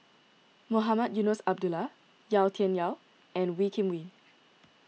Mohamed Eunos Abdullah Yau Tian Yau and Wee Kim Wee